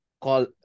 Call